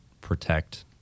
protect